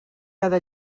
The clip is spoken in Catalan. cada